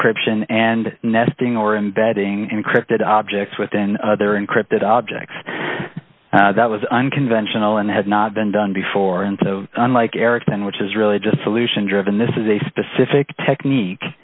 encryption and nesting or embedding encrypted objects within their encrypted objects that was unconventional and had not been done before and so unlike ericsson which is really just solution driven this is a specific technique